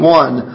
one